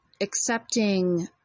accepting